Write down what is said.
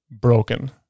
broken